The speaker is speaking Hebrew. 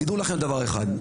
תדעו לכם דבר אחד,